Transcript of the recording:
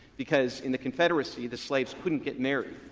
because in the confederacy, the slaves couldn't get married.